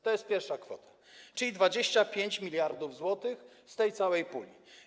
To jest pierwsza kwota, czyli 25 mld zł z tej całej puli.